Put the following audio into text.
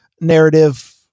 narrative